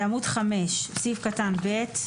בעמוד 5, סעיף קטן (ב).